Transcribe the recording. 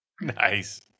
Nice